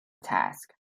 task